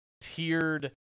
tiered